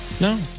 No